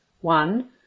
One